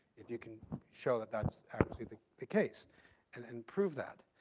if you can show that that's actually the the case and and prove that.